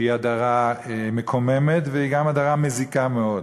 שהיא הדרה מקוממת והיא גם הדרה מזיקה מאוד.